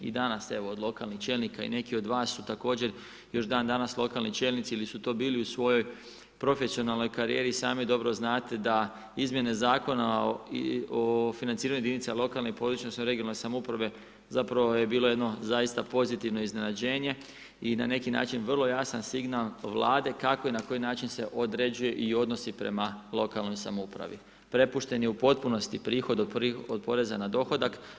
I danas evo od lokalnih čelnika i neki od vas su također još dan danas lokalni čelnici ili su to bili u svojoj profesionalnoj karijeri i sami dobro znate da izmjene zakona o financiranju jedinica lokalne i područne, odnosno regionalne samouprave zapravo je bilo jedno zaista pozitivno iznenađenje i na neki način vrlo jasan signal Vlade kako i na koji način se određuje i odnosi prema lokalnoj samoupravi prepušteni u potpunosti prihod od poreza na dohodak.